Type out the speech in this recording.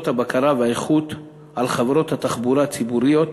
הבקרה והאיכות על חברות התחבורה הציבוריות